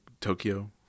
Tokyo